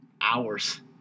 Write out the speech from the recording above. hours